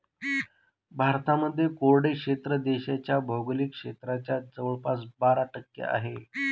भारतामध्ये कोरडे क्षेत्र देशाच्या भौगोलिक क्षेत्राच्या जवळपास बारा टक्के आहे